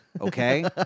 Okay